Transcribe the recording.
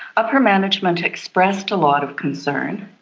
upper management expressed a lot of concern,